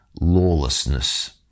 lawlessness